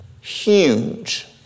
Huge